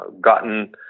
gotten